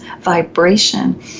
vibration